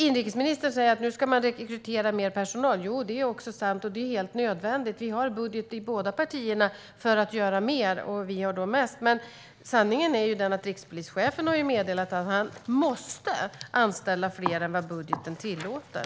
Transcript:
Inrikesministern säger att man nu ska rekrytera mer personal. Jo, det är också sant och det är helt nödvändigt. Båda våra partier har budget för att göra mer, och vi har mest. Men sanningen är att rikspolischefen har meddelat att han måste anställa fler än vad budgeten tillåter.